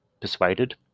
persuaded